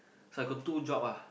so I got two job ah